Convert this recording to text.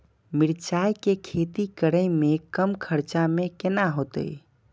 मिरचाय के खेती करे में कम खर्चा में केना होते?